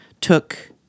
took